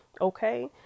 okay